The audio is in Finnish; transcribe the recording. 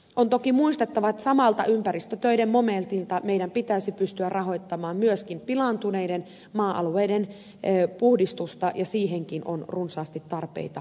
on toki muistettava että samalta ympäristötöiden momentilta meidän pitäisi pystyä rahoittamaan myöskin pilaantuneiden maa alueiden puhdistusta ja siihenkin on runsaasti tarpeita olemassa